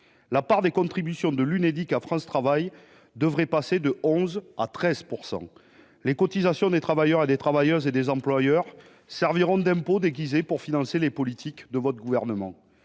La part des contributions de l’Unédic à France Travail devrait passer de 11 % à 13 %. Les cotisations des travailleurs et des employeurs serviront d’impôts déguisés pour financer les politiques de votre gouvernement.